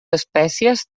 espècies